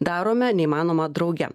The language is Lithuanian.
darome neįmanoma drauge